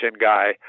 guy